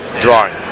drawing